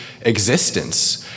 existence